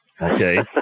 okay